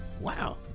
wow